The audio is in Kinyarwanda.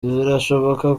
birashoboka